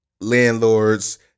landlords